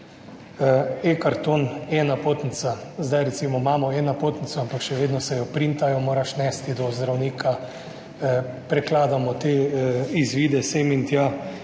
eKarton, e-napotnica. Zdaj recimo imamo e-napotnico, ampak še vedno se jo printajo, moraš nesti do zdravnika, prekladamo te izvide, sem in tja,